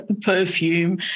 perfume